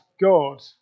God